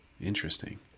Interesting